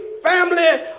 family